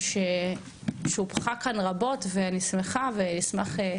ששובחה כאן רבות, ואני שמחה ואשמח.